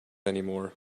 anymore